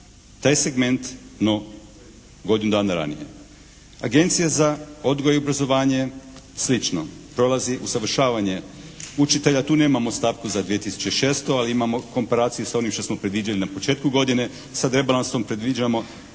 taj segment no godinu dana ranije. Agencija za odgoj i obrazovanje slično. Prolazi usavršavanje učitelja. Tu nemamo stavku za 2006. ali imamo komparacije sa onim što smo predviđali na početku godine. Sad rebalansom predviđamo